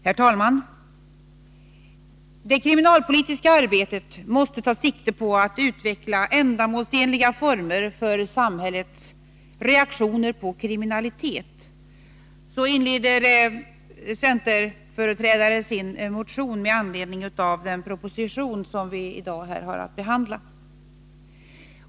Herr talman! ”Det kriminalpolitiska arbetet måste ta sikte på att utveckla ändamålsenliga former för samhällets reaktioner på kriminalitet.” — Så inleds en centerpartistisk motion med anledning av den proposition som vi i dag har att behandla.